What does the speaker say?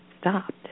stopped